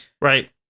right